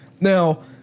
Now